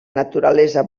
naturalesa